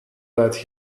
that